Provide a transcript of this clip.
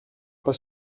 pas